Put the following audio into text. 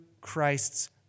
Christ's